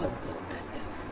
बहुत बहुत धन्यवाद